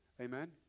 Amen